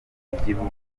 w’igihugu